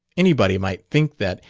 anybody might think that,